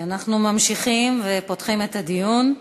אנחנו ממשיכים ופותחים את הדיון.